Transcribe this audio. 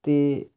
ते